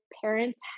parents